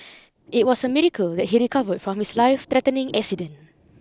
it was a miracle that he recovered from his lifethreatening accident